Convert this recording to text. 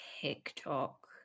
TikTok